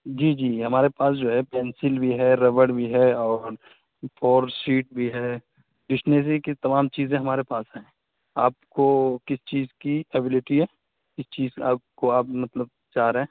جی جی ہمارے پاس جو ہے پنسل بھی ہے ربڑ بھی ہے اور فور شیٹ بھی ہے اسٹنری کی تمام چیزیں ہمارے پاس ہیں آپ کو کس چیز کی ایبلٹی ہے کس چیز آپ کو آپ مطلب چاہ رہے ہیں